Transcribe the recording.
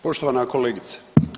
Poštovana kolegice.